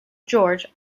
george